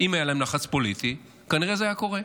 אם היה להם לחץ פוליטי, כנראה שזה היה קורה.